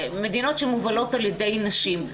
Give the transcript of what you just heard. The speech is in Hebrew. מדינות שמובלות על ידי נשים.